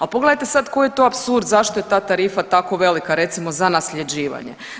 A pogledajte sad koji je to apsurd zašto je ta tarifa tako velike recimo za nasljeđivanje.